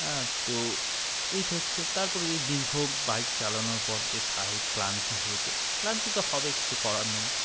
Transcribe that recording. হ্যাঁ তো এইটা হচ্ছে তারপরে যে দীর্ঘ বাইক চালানোর পর যে শারীরিক ক্লান্তি হয়েছে ক্লান্তি তো হবে কিছু করার নেই